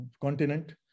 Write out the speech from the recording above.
continent